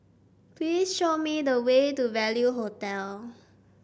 please show me the way to Value Hotel